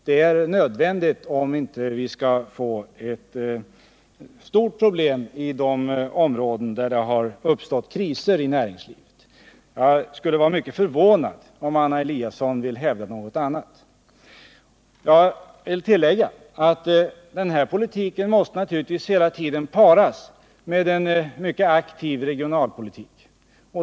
Det är nödvändigt om det inte skall bli stora problem i de områden där det har uppstått kriser i näringslivet. Jag skulle vara mycket förvånad om Anna Eliasson ville hävda någonting annat. Jag vill tillägga att den här politiken naturligtvis hela tiden måste paras med en mycket aktiv regionalpolitik.